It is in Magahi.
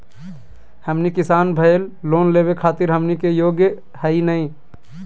हमनी किसान भईल, लोन लेवे खातीर हमनी के योग्य हई नहीं?